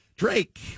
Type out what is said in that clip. Drake